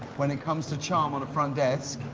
when it comes to charm on a front desk,